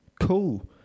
Cool